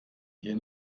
hier